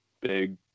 big